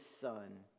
Son